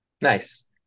Nice